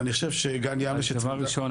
ואני חושב שגן יבנה --- דבר ראשון,